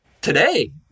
Today